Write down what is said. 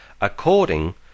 according